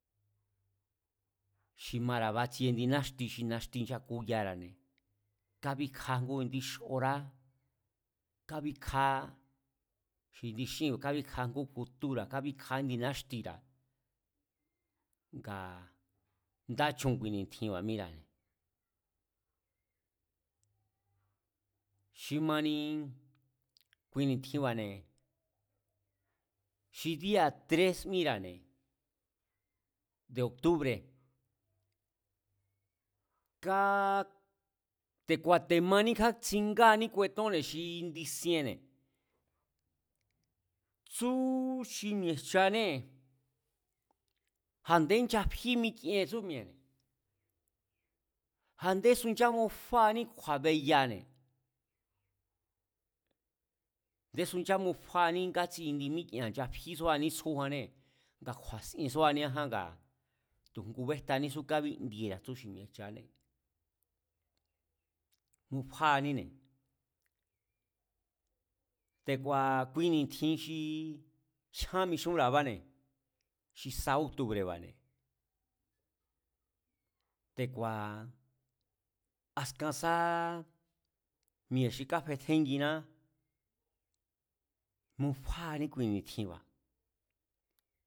Xi mara̱ batsie ndi náxti xi naxti nchakuyara̱ne̱, kábíkja ngú indí xorá, kabíkjá xi indi xínba̱ kabíkjá ngú kutúra̱ kabíkja índi náxtira̱, ngaa̱ nda chun kui ni̱tjinba̱ míra̱ne̱. Xi mani kui ni̱tjinba̱ne̱, xi día̱ tren míra̱ne̱ de̱ o̱ctúbre̱, káá te̱ ku̱a̱temaaní kígunkjá tsingáaní kuetónne̱ xi nchisiene̱ tsúú xi mi̱e̱jchanee̱, jándé nchafí mikien tsú mi̱e̱ne̱, ja̱nde su nchamufaaní kju̱a̱beyane̱, a̱ndésu nchamufáaní ngatsi indi míkienba̱ nchafísúaní íngukjá tsjújanné nga kju̱a̱siensúaní íngukja ngaa̱ tu̱ ngubéjtanísú kábíndiera̱ tsú xi mi̱e̱jchané, mufáaníne̱. Te̱ku̱a̱ kui ni̱tjin xi jyán mixúnra̱abáne̱, xi sa óctubre̱ba̱ne̱, te̱ku̱a̱ askan sáá mi̱e̱ xi káfetjenginá, mufáaní kui ni̱tjinba̱